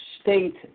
state